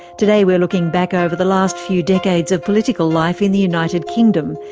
today we're looking back over the last few decades of political life in the united kingdom,